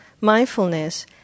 mindfulness